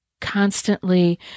constantly